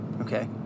Okay